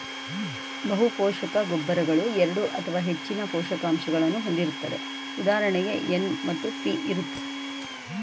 ಬಹುಪೋಷಕ ಗೊಬ್ಬರಗಳು ಎರಡು ಅಥವಾ ಹೆಚ್ಚಿನ ಪೋಷಕಾಂಶಗಳನ್ನು ಹೊಂದಿರುತ್ತದೆ ಉದಾಹರಣೆಗೆ ಎನ್ ಮತ್ತು ಪಿ ಇರುತ್ತೆ